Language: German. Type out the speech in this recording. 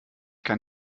kann